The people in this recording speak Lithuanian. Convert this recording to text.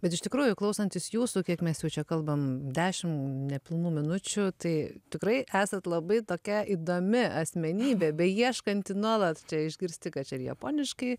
bet iš tikrųjų klausantis jūsų kiek mes jau čia kalbam dešim nepilnų minučių tai tikrai esat labai tokia įdomi asmenybė beieškanti nuolat išgirsti kad čia ir japoniškai